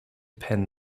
pen